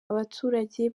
abaturage